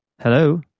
Hello